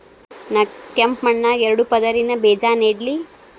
ನಾ ಕೆಂಪ್ ಮಣ್ಣಾಗ ಎರಡು ಪದರಿನ ಬೇಜಾ ನೆಡ್ಲಿ?